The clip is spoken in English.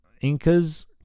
Incas